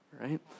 right